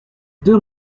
deux